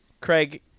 Craig